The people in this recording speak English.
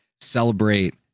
celebrate